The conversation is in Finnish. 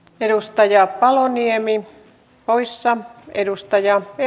eusta ja paloniemi parissa edustaja ei